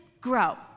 grow